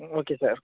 ம் okay sir